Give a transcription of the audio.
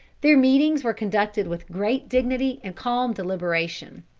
their meetings were conducted with great dignity and calm deliberation.